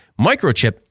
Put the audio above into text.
Microchip